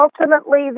ultimately